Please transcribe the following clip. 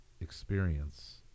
experience